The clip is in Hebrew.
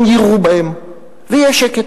יירו בהם ויהיה שקט.